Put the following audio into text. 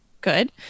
good